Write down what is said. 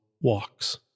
walks